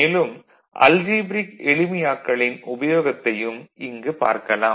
மேலும் அல்ஜீப்ரிக் எளிமையாக்கலின் உபயோகத்தையும் இங்கு பார்க்கலாம்